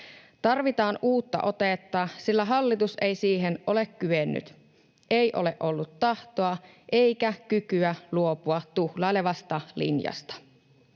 Tarvitaan uutta otetta, sillä hallitus ei siihen ole kyennyt, ei ole ollut tahtoa eikä kykyä luopua tuhlailevasta linjasta.